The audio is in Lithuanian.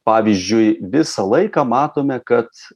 pavyzdžiui visą laiką matome kad